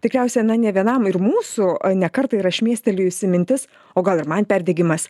tikriausiai na ne vienam ir mūsų ne kartą yra šmėstelėjusi mintis o gal ir man perdegimas